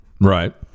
Right